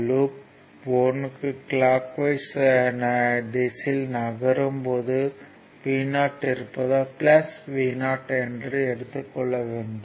loop 1 clockwise திசையில் நகரும் போது Vo இருப்பதால் Vo என்று எடுத்துக்கொள்ள வேண்டும்